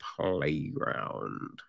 playground